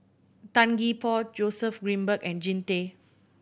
Tan Gee Paw Joseph Grimberg and Jean Tay